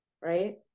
Right